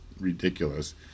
ridiculous